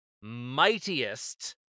mightiest